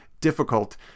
difficult